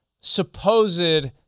supposed